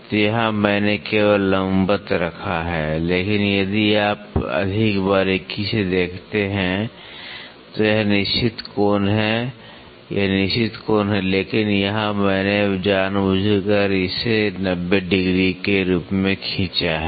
तो यहाँ मैंने केवल लंबवत रखा है लेकिन यदि आप अधिक बारीकी से देखते हैं तो यह निश्चित कोण है यह निश्चित कोण है लेकिन यहाँ मैंने जानबूझकर इसे 90 डिग्री के रूप में खींचा है